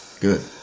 Good